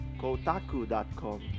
kotaku.com